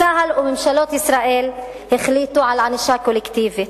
צה"ל וממשלות ישראל החליטו על ענישה קולקטיבית.